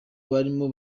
barimo